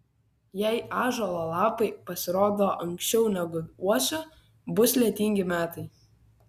jei ąžuolo lapai pasirodo anksčiau negu uosių bus lietingi metai